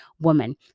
woman